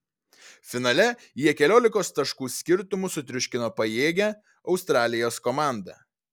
finale jie keliolikos taškų skirtumu sutriuškino pajėgią australijos komandą